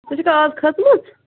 ژٕ چھَکھا اَز کھٔژمٕژ